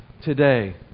today